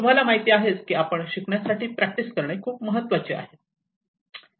तुम्हाला माहीती आहेच की आपण शिकण्यासाठी प्रॅक्टिस करणे खूप महत्त्वाचे आहे